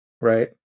right